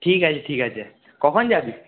ঠিক আছে ঠিক আছে কখন যাবি